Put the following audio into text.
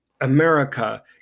America